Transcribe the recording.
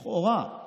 לכאורה,